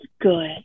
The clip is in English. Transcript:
good